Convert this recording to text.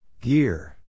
Gear